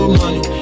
money